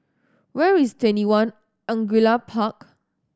where is TwentyOne Angullia Park